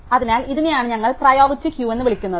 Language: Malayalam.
അതിനാൽ ഇതിനെയാണ് ഞങ്ങൾ പ്രിയോറിറ്റി ക്യൂ എന്ന് വിളിക്കുന്നത്